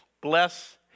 bless